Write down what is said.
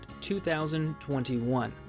2021